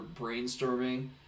brainstorming